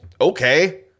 Okay